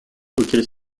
auxquelles